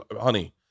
honey